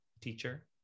teacher